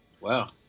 Wow